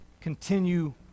continue